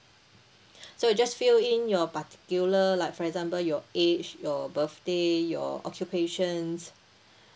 so just fill in your particular like for example your age your birthday your occupations